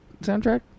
soundtrack